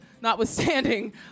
notwithstanding